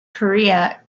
korea